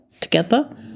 together